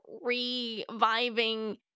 reviving